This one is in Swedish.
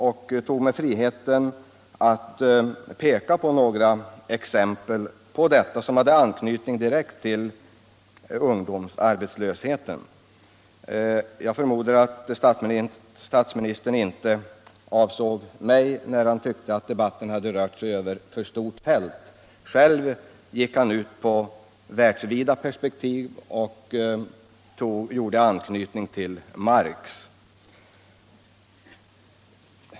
Och då tog jag mig friheten att anföra några exempel som hade anknytning direkt till ungdomsarbetslösheten. Jag förmodar att statsministern inte avsåg mig, när han tyckte att debatten hade rört sig över ett för stort fält. Själv rörde han sig med världsvida perspektiv och anknöt bl.a. till Marx.